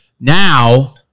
now